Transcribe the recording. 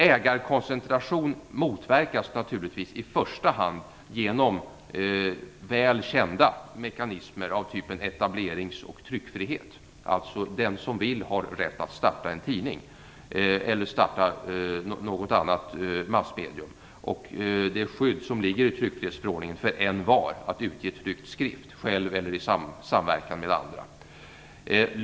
Ägarkoncentration motverkas naturligtvis i första hand genom väl kända mekanismer av typen etablerings och tryckfrihet, dvs. att den som vill har rätt att starta en tidning eller starta något annat massmedium, och det skydd som ligger i tryckfrihetsförordningen för envar att utge tryckt skrift själv eller i samverkan med andra.